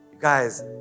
Guys